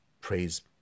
praise